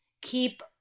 keep